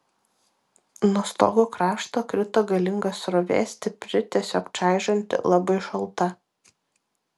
nuo stogo krašto krito galinga srovė stipri tiesiog čaižanti labai šalta